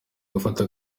gufata